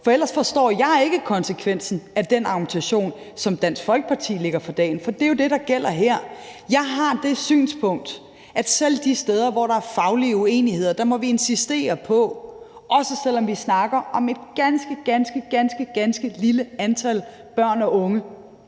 For ellers forstår jeg ikke konsekvensen af den argumentation, som Dansk Folkeparti lægger for dagen. For det er jo det, der gælder her. Jeg har det synspunkt, at selv de steder, hvor der er faglige uenigheder, må vi insistere på, også selv om vi snakker om et ganske, ganske lille antal børn og unge